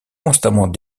constamment